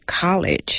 College